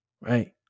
right